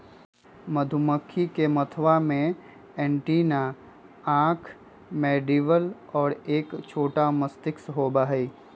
मधुमक्खी के मथवा में एंटीना आंख मैंडीबल और एक छोटा मस्तिष्क होबा हई